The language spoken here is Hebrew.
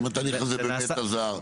האם התהליך הזה באמת עזר?